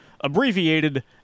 abbreviated